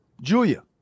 Julia